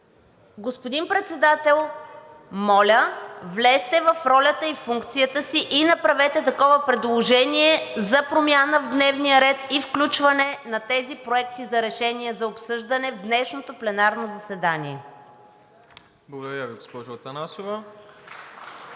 Господин Председател, моля, влезте в ролята и функцията си и направете такова предложение за промяна в дневния ред и включване на тези проекти за решение за обсъждане в днешното пленарно заседание. ПРЕДСЕДАТЕЛ МИРОСЛАВ